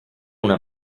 una